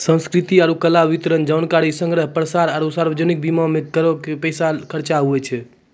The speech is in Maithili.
संस्कृति आरु कला, वितरण, जानकारी संग्रह, प्रसार आरु सार्वजनिक बीमा मे करो के पैसा खर्चा होय छै